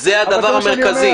זה הדבר המרכזי.